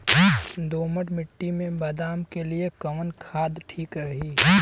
दोमट मिट्टी मे बादाम के लिए कवन खाद ठीक रही?